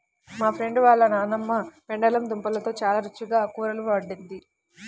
మా ఫ్రెండు వాళ్ళ నాన్నమ్మ పెండలం దుంపలతో చాలా రుచిగా కూరలు వండిద్ది